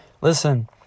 listen